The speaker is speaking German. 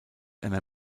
einer